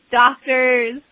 doctors